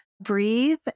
breathe